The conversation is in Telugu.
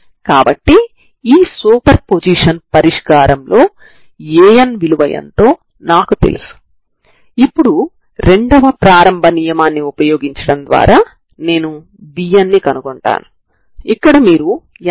కాబట్టి మీరు 14c2 ∬0hξηdξ dη ని వ్రాస్తే ఇప్పుడు నేను ξη ని xt వేరియబుల్స్ లోకి మార్చుతాను సరేనా